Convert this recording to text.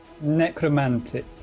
Necromantic